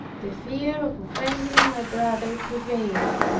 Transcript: the fear of offending my brother prevailed.